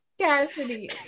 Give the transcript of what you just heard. Cassidy